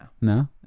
no